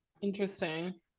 Interesting